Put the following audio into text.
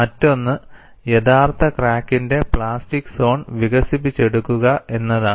മറ്റൊന്ന് യഥാർത്ഥ ക്രാക്കിന്റെ പ്ലാസ്റ്റിക് സോൺ വികസിപ്പിച്ചെടുക്കുക എന്നതാണ്